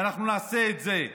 ואנחנו נעשה את זה.